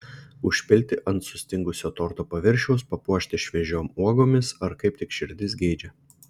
užpilti ant sustingusio torto paviršiaus papuošti šviežiom uogomis ar kaip tik širdis geidžia